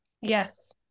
Yes